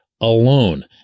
alone